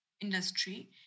industry